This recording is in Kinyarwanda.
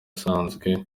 isanzwe